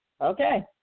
Okay